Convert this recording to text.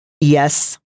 yes